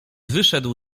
wyszedł